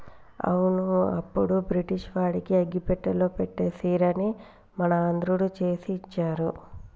అవును అప్పుడు బ్రిటిష్ వాడికి అగ్గిపెట్టెలో పట్టే సీరని మన ఆంధ్రుడు చేసి ఇచ్చారు